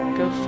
go